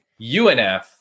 UNF